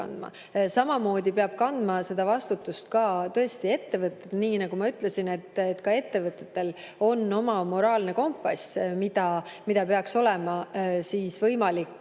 Samamoodi peavad seda vastutust kandma ka ettevõtted. Nii nagu ma ütlesin, on ka ettevõtetel oma moraalne kompass, mida peaks olema võimalik